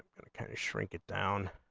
and kind of shrink it down